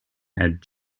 had